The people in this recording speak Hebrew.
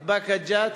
את באקה-ג'ת,